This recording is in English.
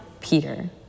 Peter